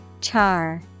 char